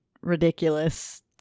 Ridiculous